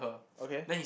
okay